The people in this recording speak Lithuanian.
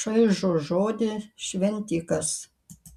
šaižų žodį šventikas